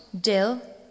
dill